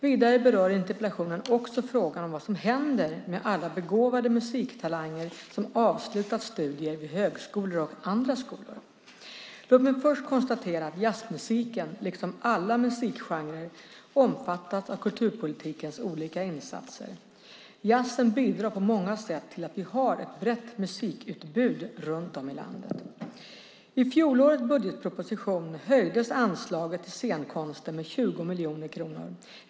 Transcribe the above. Vidare berör interpellationen också frågan om vad som händer med alla begåvade musiktalanger som har avslutat studier vid högskolor och andra skolor. Låt mig först konstatera att jazzmusiken, liksom alla musikgenrer, omfattas av kulturpolitikens olika insatser. Jazzen bidrar på många sätt till att vi har ett brett musikutbud runt om i landet. I fjolårets budgetproposition höjdes anslagen till scenkonsten med 20 miljoner kronor.